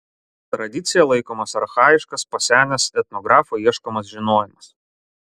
tradicija laikomas archajiškas pasenęs etnografų ieškomas žinojimas